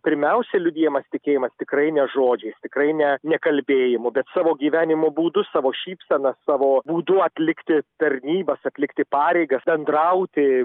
pirmiausia liudijamas tikėjimas tikrai ne žodžiais tikrai ne nekalbėjimu bet savo gyvenimo būdu savo šypsena savo būdu atlikti tarnybas atlikti pareigas bendrauti